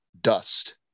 dust